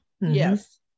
Yes